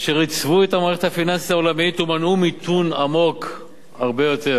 אשר ייצבו את המערכת הפיננסית העולמית ומנעו מיתון עמוק הרבה יותר,